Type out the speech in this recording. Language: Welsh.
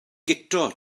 guto